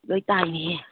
ꯂꯣꯏꯅ ꯇꯥꯏꯅꯦꯍꯦ